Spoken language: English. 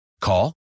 Call